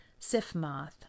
Sifmoth